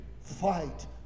fight